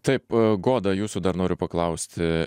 taip goda jūsų dar noriu paklausti